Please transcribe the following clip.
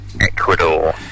Ecuador